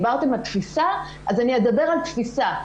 דיברתם על תפיסה, אז אני אדבר על תפיסה.